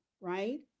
right